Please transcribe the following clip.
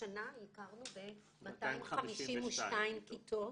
השנה הכרנו ב-252 כיתות.